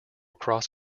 cross